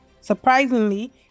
Surprisingly